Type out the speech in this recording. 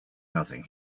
nothing